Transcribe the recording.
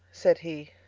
said he,